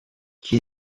qui